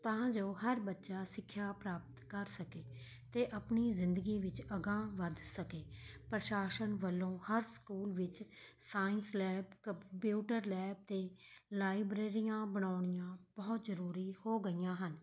ਤਾਂ ਜੋ ਹਰ ਬੱਚਾ ਸਿੱਖਿਆ ਪ੍ਰਾਪਤ ਕਰ ਸਕੇ ਅਤੇ ਆਪਣੀ ਜ਼ਿੰਦਗੀ ਵਿੱਚ ਅਗਾਂਹ ਵੱਧ ਸਕੇ ਪ੍ਰਸ਼ਾਸਨ ਵੱਲੋਂ ਹਰ ਸਕੂਲ ਵਿੱਚ ਸਾਇੰਸ ਲੈਬ ਕੰਪਿਊਟਰ ਲੈਬ ਅਤੇ ਲਾਇਬ੍ਰੇਰੀਆਂ ਬਣਾਉਣੀਆਂ ਬਹੁਤ ਜ਼ਰੂਰੀ ਹੋ ਗਈਆਂ ਹਨ